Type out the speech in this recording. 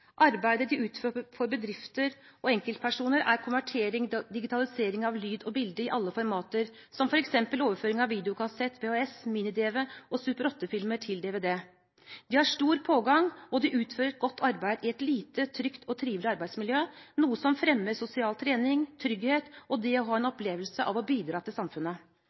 Arbeidet de utfører for bedrifter og enkeltpersoner, er konvertering/digitalisering av lyd og bilde i alle formater, som f.eks. overføring av videokassett som VHS, Mini-DV og Super 8-filmer til DVD. De har stor pågang, og de utfører et godt arbeid i et lite, trygt og trivelig arbeidsmiljø, noe som fremmer sosial trening, trygghet, og det å ha en opplevelse av å bidra til samfunnet.